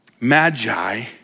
magi